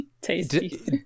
Tasty